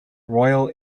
royal